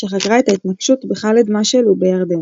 שחקרה את ההתנקשות בח'אלד משעל בירדן.